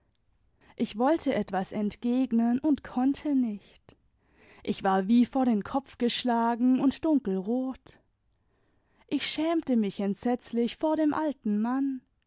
ich wollte etwas entgegnen und konnte nicht ich war wie vor den kopf geschlagen und dunkelrot ich schämte mich entsetzlich vor dem alten mann